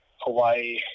Hawaii